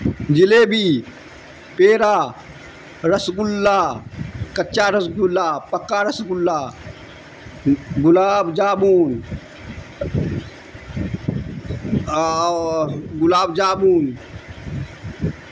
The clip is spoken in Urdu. جلیبی پیرا رس گلا کچہ رس گلا پکا رس گلا گلاب جامن اور گلاب جامن